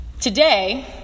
Today